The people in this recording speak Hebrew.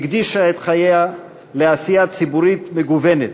הקדישה את חייה לעשייה ציבורית מגוונת.